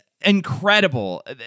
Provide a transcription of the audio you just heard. incredible